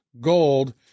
Gold